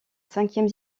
cinquième